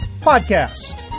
Podcast